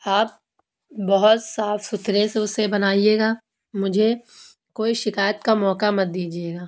آپ بہت صاف ستھرے سے اسے بنائیے گا مجھے کوئی شکایت کا موقع مت دیجیے گا